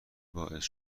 باعث